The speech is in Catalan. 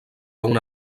una